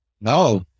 No